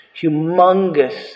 humongous